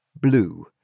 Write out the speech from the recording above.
blue